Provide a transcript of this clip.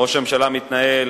ראש הממשלה מתנהל